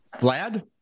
Vlad